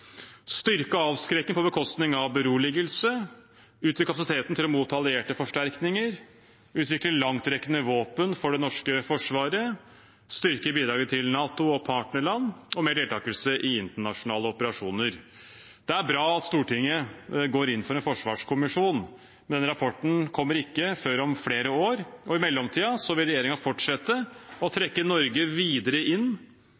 styrke og avskrekke på bekostning av beroligelse utvide kapasiteten til å motta allierte forsterkninger utvikle langtrekkende våpen for det norske forsvaret styrke bidraget til NATO og partnerland øke deltakelsen i internasjonale operasjoner Det er bra at Stortinget går inn for en forsvarskommisjon, men den rapporten kommer ikke før om flere år, og i mellomtiden vil regjeringen fortsette å trekke Norge videre inn